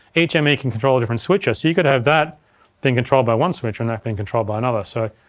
each m e can control a different switcher. so you could have that being controlled by one switcher and that being controlled by another. so,